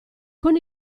con